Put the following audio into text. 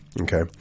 okay